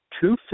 two